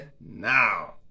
Now